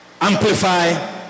Amplify